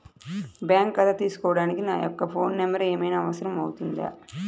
Bank ఖాతా తీసుకోవడానికి నా యొక్క ఫోన్ నెంబర్ ఏమైనా అవసరం అవుతుందా?